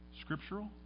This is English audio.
scriptural